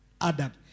Adam